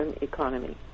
economy